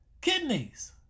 kidneys